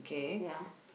ya